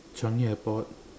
Changi airport